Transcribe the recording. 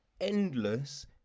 endless